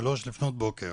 שלוש לפנות בוקר,